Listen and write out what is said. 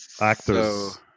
actor's